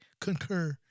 concur